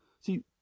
See